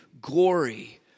glory